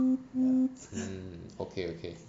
mm mm mm okay okay